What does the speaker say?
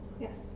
Yes